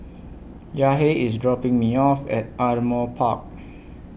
Yahir IS dropping Me off At Ardmore Park